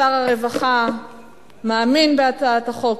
שר הרווחה מאמין בהצעת החוק,